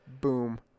Boom